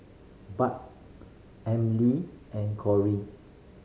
Bud Emilee and Corine